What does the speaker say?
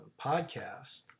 podcast